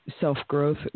self-growth